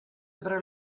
better